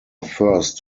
first